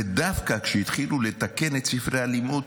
ודווקא כשהתחילו לתקן את ספרי הלימוד,